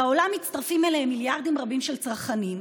בעולם מצטרפים אליהם מיליארדים רבים של צרכנים.